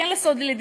כן לסולידי,